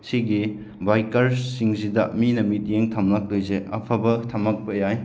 ꯁꯤꯒꯤ ꯕꯥꯏꯛꯀꯔꯁꯤꯡꯁꯤꯗ ꯃꯤꯅ ꯃꯤꯠꯌꯦꯡ ꯊꯝꯃꯛꯇꯣꯏꯁꯦ ꯑꯐꯕ ꯊꯝꯃꯛꯄ ꯌꯥꯏ